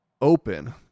open